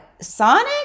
Sonic